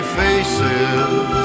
faces